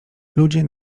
ludzie